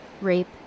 rape